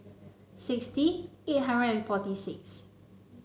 sixty eight hundred and forty six